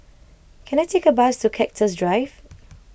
can I take a bus to Cactus Drive